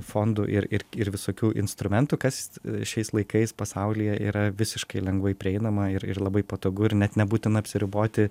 fondų ir ir visokių instrumentų kas šiais laikais pasaulyje yra visiškai lengvai prieinama ir labai patogu ir net nebūtina apsiriboti